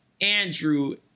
Andrew